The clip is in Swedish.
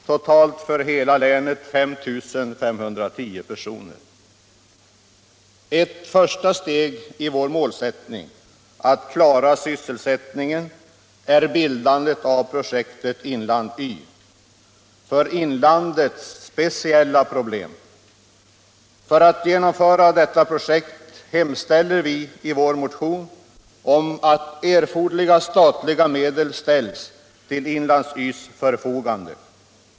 Totalt för hela länet 5 510 personer. Ett första steg i vår målsättning att klara sysselsättningen är genomförandet av projektet Inland Y för inlandets speciella problem. För att genomföra detta projekt hemställer vi i vår motion att erforderliga statliga medel ställs till Inland Y:s förfogande.